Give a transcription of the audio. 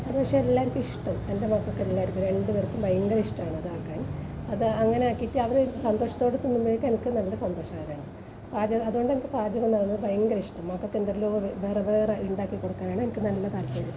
അത് പക്ഷേ എല്ലാവർക്കും ഇഷ്ടം എൻ്റെ മക്കൾക്ക് എല്ലാവർക്കും രണ്ട് പേർക്കും ഭയങ്കര ഇഷ്ടമാണ് അതാക്കാൻ അത് അങ്ങനെ ആക്കിയിട്ട് അവര് സന്തോഷത്തോടെ തിന്നുന്നത് എനിക്ക് നല്ല സന്തോഷമായ കാര്യമാണ് പാചകം അതുകൊണ്ട് എനിക്ക് പാചകം എന്ന് പറഞ്ഞാൽ ഭയങ്കര ഇഷ്ടം മക്കൾക്ക് എന്തെല്ലാമോ വേറെ വേറെ ഉണ്ടാക്കി കൊടുക്കാനാണ് എനിക്ക് നല്ല താൽപ്പര്യം